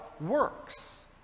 works